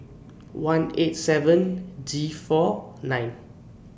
one eight seven G four nine